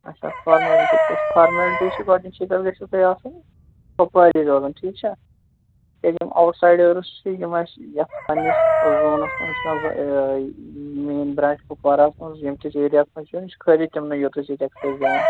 اچھا فارملٹی کیٛاہ چھِ فارملٹی چھِ گۄڈٕنِچی کتھ گژھوٕ تُہۍ آسٕنۍ کپوارے روزان ٹھیٖک چھا کیٛازِ یِم اوُٹسایِڈٲرٕس چھِ یِم اَسہِ یَتھ پَنٛنِس زوٗنَس منٛز چھِ روزان مین برانچ کپوارہَس منٛز یٔمۍ کِس ایٚرِیا ہَس منٛز چھِ یِوان یہِ چھِ خٲلی تِمنٕے یوت أسۍ ییٚتہِ ایٚکسیٚس دِوان